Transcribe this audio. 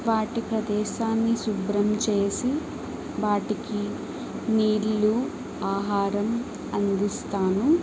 వాటి ప్రదేశాన్ని శుభ్రం చేసి వాటికి నీళ్లు ఆహారం అందిస్తాను